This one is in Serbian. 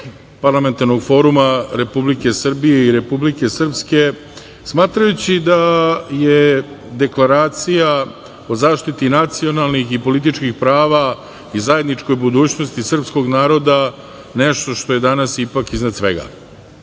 Parlamentarnog foruma Republike Srbije i Republike Srpske, smatrajući da je Deklaracija o zaštiti nacionalnih i političkih prava i zajedničkoj budućnosti srpskog naroda nešto što je danas ipak iznad svega. Imao